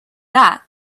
that